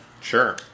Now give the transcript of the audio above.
Sure